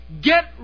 Get